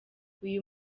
uyu